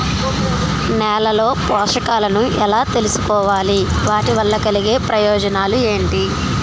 నేలలో పోషకాలను ఎలా తెలుసుకోవాలి? వాటి వల్ల కలిగే ప్రయోజనాలు ఏంటి?